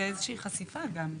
זו איזושהי חשיפה גם.